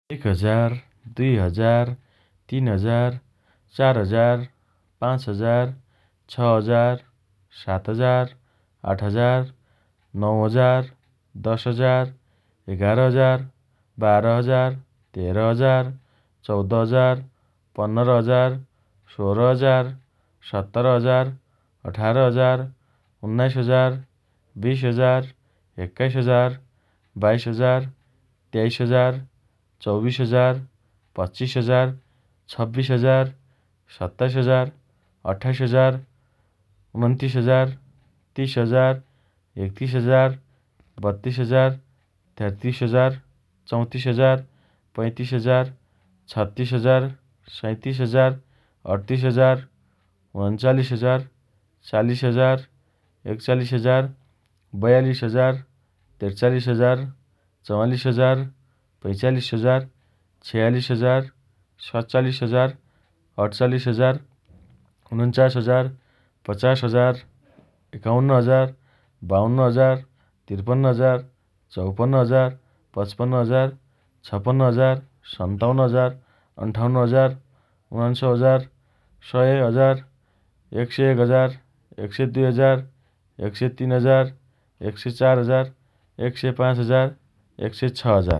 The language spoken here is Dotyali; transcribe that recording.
एक हजार, दुई हजार, तीन हजार, चार हजार, पाँच हजार, छ हजार, सात हजार, आठ हजार, नौ हजार, दस हजार, एघार हजार, बाह्र हजार, तेह्र हजार, चौध हजार, पन्नर हजार, सोह्र हजार, सत्र हजार, अठार हजार, उन्नाइस हजार, बिस हजार, एक्काइस हजार, बाइस हजार, तेइस हजार, चौबिस हजार, पच्चिस हजार, छब्बिस हजार, सत्ताइस हजार, अट्ठाइस हजार, उनन्तिस हजार, तिस हजार, एकतिस हजार, बत्तिस हजार, तेत्तिस हजार, चौतिस हजार, पैँतिस हजार, छत्तिस हजार, सैँतिस हजार, अठतिस हजार, उनन्चालिस हजार, चालिस हजार, एकचालिस हजार, बयालिस हजार, त्रिचालिस हजार, चवालिस हजार, पैँचालिस हजार, छयालिस हजार, सतचालिस हजार, अठचालिस हजार, उन्चास हजार, पचास हजार, एकाउन्न हजार, बाउन्न हजार, त्रिपन्न हजार, चौपन्न हजार, पचपन्न हजार, छपन्न हजार, सन्ताउन्न हजार, अन्ठाउन्न हजार, उनान्सय हजार, सय हजार, एक सय एक हजार, एक सय दुइ हजार, एक सय तीन हजार, एक सय चार हजार, एक सय पाँच हजार, एक सय छ